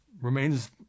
remains